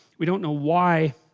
we don't know why?